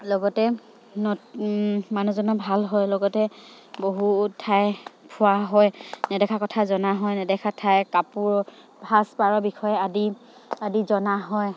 লগতে নত মানুহজনৰ ভাল হয় লগতে বহুত ঠাই ফুৰা হয় নেদেখা কথা জনা হয় নেদেখা ঠাই কাপোৰ সাজ পাৰৰ বিষয়ে আদি আদি জনা হয়